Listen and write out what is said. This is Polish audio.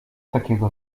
takiego